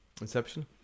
Inception